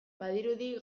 badirudi